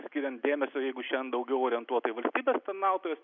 skiriant dėmesio jeigu šiandien daugiau orientuota į valstybės tarnautojus